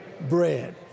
bread